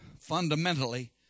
fundamentally